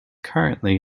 currently